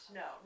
no